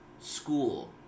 school